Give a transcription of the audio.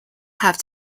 have